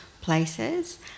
places